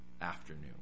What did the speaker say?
afternoon